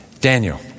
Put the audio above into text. Daniel